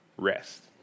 Rest